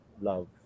love